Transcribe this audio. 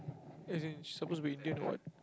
as in suppose to be Indian what